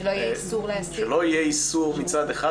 שלא יהיה איסור מצד אחד,